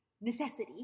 Necessity